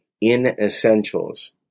inessentials